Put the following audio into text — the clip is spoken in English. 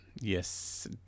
yes